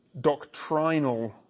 doctrinal